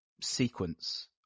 sequence